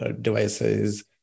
devices